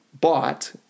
bought –